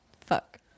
Fuck